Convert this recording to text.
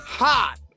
hot